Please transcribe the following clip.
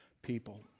people